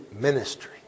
ministry